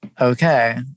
Okay